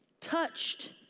touched